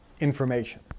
information